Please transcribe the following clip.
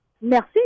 Merci